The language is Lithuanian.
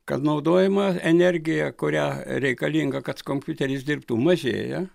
kad naudojama energija kurią reikalinga kad kompiuteris dirbtų mažėja